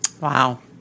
Wow